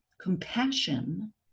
compassion